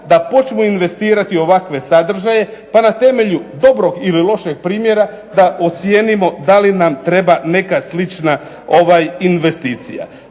da počnu investirati u ovakve sadržaje pa na temelju dobrog ili lošeg primjera da ocijenimo da li nam treba neka slična investicija.